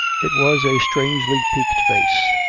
it was a strangely peaked face,